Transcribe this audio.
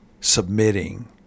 submitting